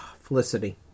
Felicity